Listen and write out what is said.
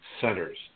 centers